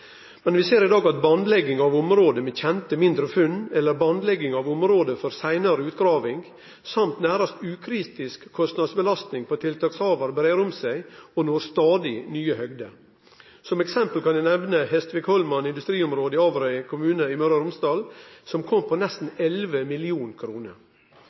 Men vi ser i dag at bandlegging av område med kjente, mindre funn, eller bandlegging av område for seinare utgraving, i tillegg til nærast ukritisk kostnadsbelasting på tiltakshavar, grip om seg og når stadig nye høgder. Som eksempel kan eg nemne Hestvikholman industriområde i Averøy kommune i Møre og Romsdal, der kostnadene kom på